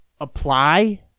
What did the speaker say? apply